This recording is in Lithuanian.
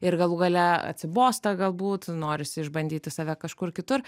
ir galų gale atsibosta galbūt norisi išbandyti save kažkur kitur